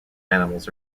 animals